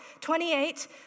28